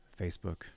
Facebook